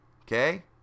Okay